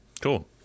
Cool